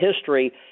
history